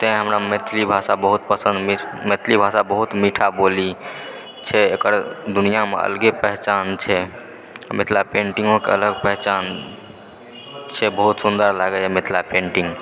तँ हमरा मैथिलि भषा बहुत पसन्द मैथिलि भाषा बहुत मीठा बोली छै एकर दुनिआमे अलगे पहचान छै मिथिला पेन्टिंगोके अलग पहचान छै बहुत सुन्दर लागैए मिथिला पेन्टिंग